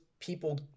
people